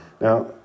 Now